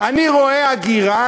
אני רואה הגירה,